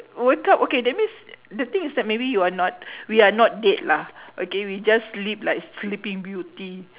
wake up okay that means the thing is that maybe you are not we are not dead lah okay we just sleep like sleeping beauty